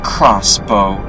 Crossbow